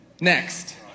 Next